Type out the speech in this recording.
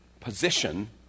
position